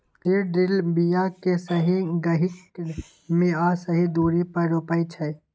seed drill बीया केँ सही गहीर मे आ सही दुरी पर रोपय छै